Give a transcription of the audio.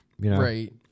Right